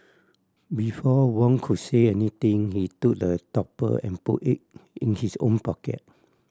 before Wong could say anything he took the topper and put it in his own pocket